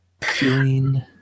Feeling